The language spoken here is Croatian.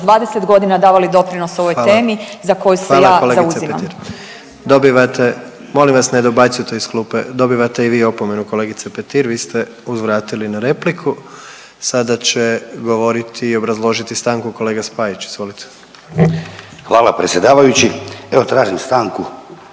20 godina davali doprinos ovoj temi za koju se ja zauzimam. **Jandroković, Gordan (HDZ)** Hvala kolegice Petir. Dobivate, molim vas ne dobacujte iz klupe. Dobivate i vi opomenu kolegice Petir, vi ste uzvratili na repliku. Sada će govoriti i obrazložiti stanku kolega Spajić, izvolite. **Spajić, Daniel